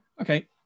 Okay